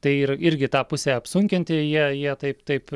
tai ir irgi tą pusę apsunkinti jie jie taip taip